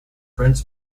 french